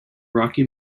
rocky